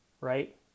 right